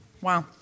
Wow